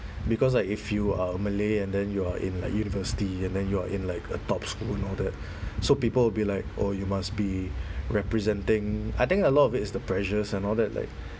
because like if you are a malay and then you are in like university and then you are in like a top school and all that so people will be like oh you must be representing I think a lot of it is the pressures and all that like